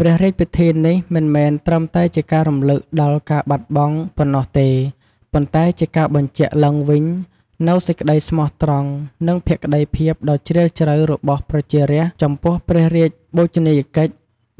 ព្រះរាជពិធីនេះមិនមែនត្រឹមតែជាការរំលឹកដល់ការបាត់បង់ប៉ុណ្ណោះទេ ប៉ុន្តែជាការបញ្ជាក់ឡើងវិញនូវសេចក្តីស្មោះត្រង់ និងភក្តីភាពដ៏ជ្រាលជ្រៅរបស់ប្រជារាស្ត្រចំពោះព្រះរាជបូជនីយកិច្ច